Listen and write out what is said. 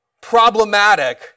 Problematic